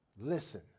Listen